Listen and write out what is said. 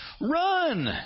run